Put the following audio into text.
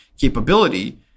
capability